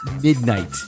midnight